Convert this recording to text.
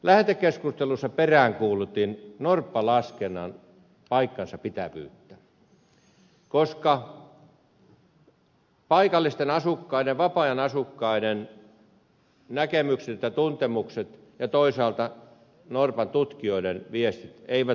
lähetekeskustelussa peräänkuulutin norppalaskennan paikkansapitävyyttä koska paikallisten asukkaiden vapaa ajan asukkaiden näkemykset ja tuntemukset ja toisaalta norpan tutkijoiden viestit eivät aina yhtene